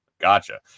gotcha